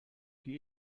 die